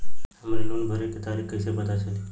हमरे लोन भरे के तारीख कईसे पता चली?